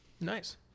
Nice